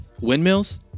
Windmills